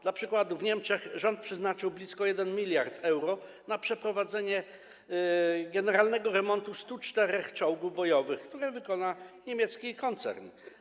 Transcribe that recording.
Dla przykładu w Niemczech rząd przeznaczył blisko 1 mld euro na przeprowadzenie generalnego remontu 104 czołgów bojowych, który wykona niemiecki koncern.